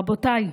רבותיי,